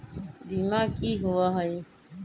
बीमा की होअ हई?